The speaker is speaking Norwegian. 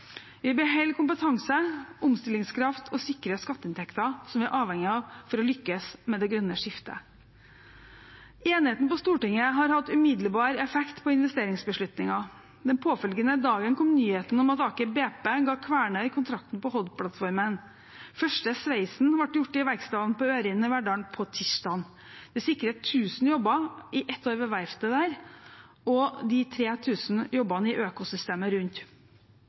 Vi beholder kompetanse, omstillingskraft og sikre skatteinntekter, som vi er avhengig av for å lykkes med det grønne skiftet. Enigheten på Stortinget har hatt umiddelbar effekt på investeringsbeslutninger. Den påfølgende dagen kom nyheten om at Aker BP ga Kværner kontrakten på Hod-plattformen. Den første sveisen ble gjort i verkstedet på Ørin i Verdal på tirsdag. Det sikrer 1 000 jobber i ett år ved verftet der, og de 3 000 jobbene i økosystemet rundt.